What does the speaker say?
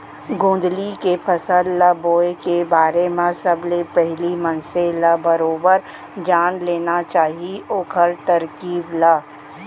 गोंदली के फसल ल बोए के बारे म सबले पहिली मनसे ल बरोबर जान लेना चाही ओखर तरकीब ल